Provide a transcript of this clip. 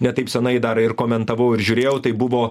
ne taip seniai dar ir komentavau ir žiūrėjau tai buvo